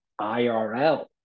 IRL